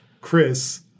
Chris